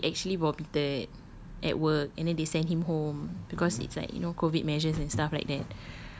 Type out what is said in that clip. so he actually vomitted at work and then they sent him home because it's like you know COVID measures and stuff like that